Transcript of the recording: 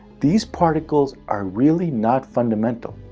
these particles are really not fundamental.